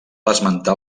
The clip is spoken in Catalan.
esmentar